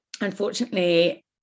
unfortunately